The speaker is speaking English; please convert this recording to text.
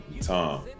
Tom